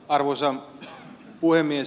arvoisa puhemies